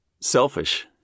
selfish